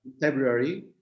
february